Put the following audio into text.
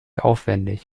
aufwendig